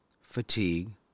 fatigue